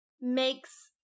makes